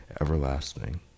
everlasting